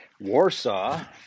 warsaw